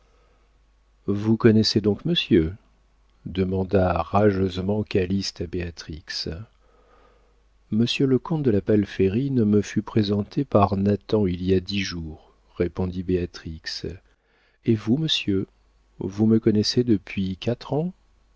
vous connaissez donc monsieur demanda rageusement calyste à béatrix monsieur le comte de la palférine me fut présenté par nathan il y a dix jours répondit béatrix et vous monsieur vous me connaissez depuis quatre ans